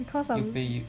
because of